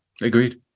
agreed